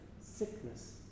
sickness